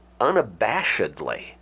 unabashedly